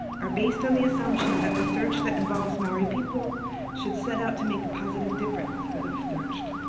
are based on the assumption that research that involves maori people should set out to make a positive difference for the researched.